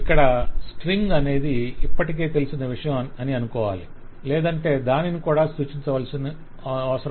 ఇక్కడ స్ట్రింగ్ అనేది ఇప్పటికే తెలిసిన విషయం అని అనుకోవాలి లేదంటే దానిని కూడా సూచించవలసి ఉంటుంది